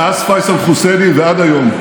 מאז פייסל חוסייני ועד היום,